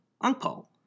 uncle